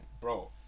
bro